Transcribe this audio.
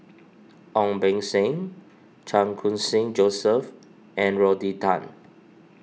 Ong Beng Seng Chan Khun Sing Joseph and Rodney Tan